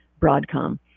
Broadcom